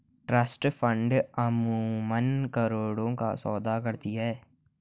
trust funds अमूमन करोड़ों का सौदा करती हैं